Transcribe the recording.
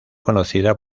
conocido